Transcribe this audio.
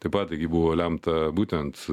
taip pat taigi buvo lemta būtent